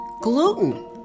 gluten